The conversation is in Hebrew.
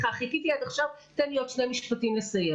חיכיתי עד עכשיו, תן לי עוד שני משפטים לסיים.